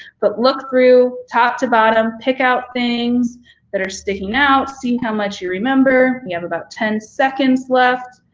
but look through top to bottom. pick out things that are sticking out. see how much you remember. you have about ten seconds left.